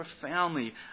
profoundly